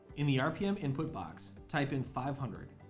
in the rpm input box, type in five hundred,